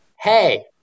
Hey